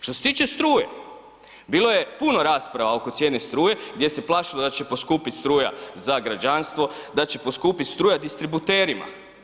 Što se tiče struje, bilo je puno rasprava oko cijene struje gdje se plašilo da će poskupjet struja za građanstvo, da će poskupiti struja distributerima.